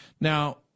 Now